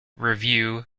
review